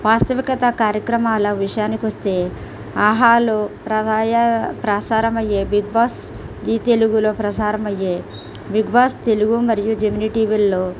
వాస్తవికత కార్యక్రమాల విషయానికి వస్తే ఆహాలో ప్రవాయ ప్రసారమయ్యే బిగ్ బాస్ జీ తెలుగులో ప్రసారమయ్యే బిగ్ బాస్ తెలుగు మరియు జెమినీ టీవీలలో